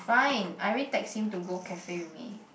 fine I already text him to go cafe with me